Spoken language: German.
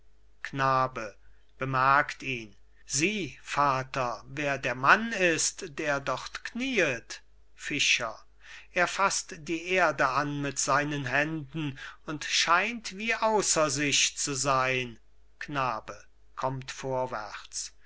knabe bemerkt ihn sieh vater wer der mann ist der dort kniet fischer er fasst die erde an mit seinen händen und scheint wie ausser sich zu sein knabe kommt vorwärts